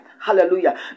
Hallelujah